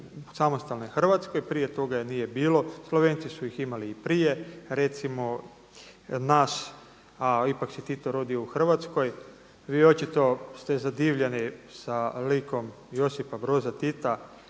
u samostalnoj Hrvatskoj, prije toga je nije bilo, Slovenci su ih imali i prije. Recimo nas, a ipak se Tito rodio u Hrvatskoj, vi očito ste zadivljeni sa likom Josipa Broza Tita,